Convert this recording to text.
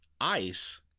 ice